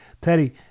Teddy